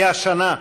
כי השנה,